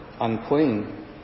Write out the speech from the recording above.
unclean